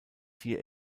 vier